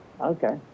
Okay